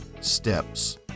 steps